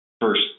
first